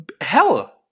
hell